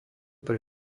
pre